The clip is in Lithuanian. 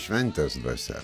šventės dvasia